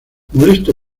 molesto